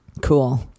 Cool